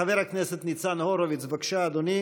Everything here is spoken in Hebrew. חבר הכנסת ניצן הורוביץ, בבקשה, אדוני.